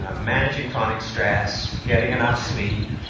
um managing chronic stress, getting enough sleep,